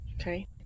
Okay